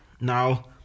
Now